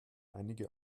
einige